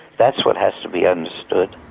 that's what has to be understood.